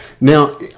Now